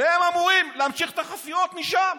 והם אמורים להמשיך את החפירות משם.